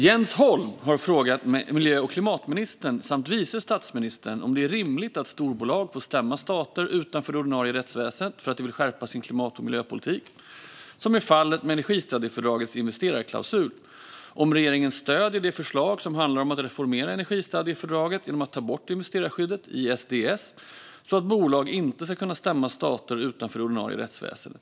Jens Holm har frågat miljö och klimatministern samt vice statsministern om det är rimligt att storbolag får stämma stater utanför det ordinarie rättsväsendet för att de vill skärpa sin klimat och miljöpolitik, vilket är fallet med energistadgefördragets investerarklausul, liksom om regeringen stöder de förslag som handlar om att reformera energistadgefördraget genom att ta bort investerarskyddet, ISDS, så att bolag inte ska kunna stämma stater utanför det ordinarie rättsväsendet.